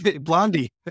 Blondie